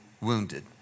wounded